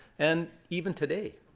and even today,